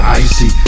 icy